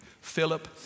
Philip